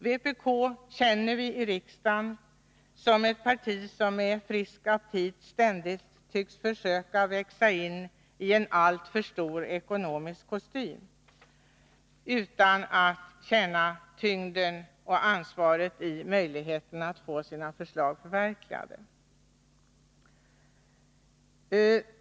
Vi känner i riksdagen vpk som ett parti som med frisk aptit ständigt tycks försöka växa in i en alltför stor ekonomisk kostym utan att känna tyngden av ansvaret för att få sina förslag förverkligade.